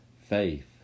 faith